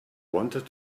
wanted